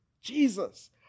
Jesus